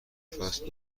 فصل